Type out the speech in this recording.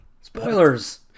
spoilers